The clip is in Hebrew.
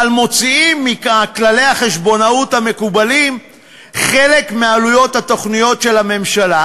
אבל מוציאים מכללי החשבונאות המקובלים חלק מעלויות התוכניות של הממשלה,